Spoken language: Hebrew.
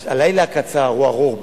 הלילה הקצר או הארוך,